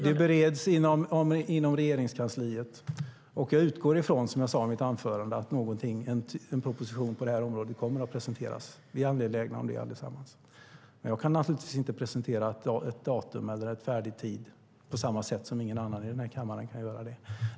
Det bereds inom Regeringskansliet, och som jag sade i mitt anförande utgår jag från att en proposition på det här området kommer att presenteras. Vi är angelägna om det allesammans. Men jag kan naturligtvis inte presentera ett datum eller en färdig tidpunkt, lika lite som någon annan här i kammaren kan göra det.